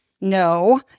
No